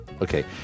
Okay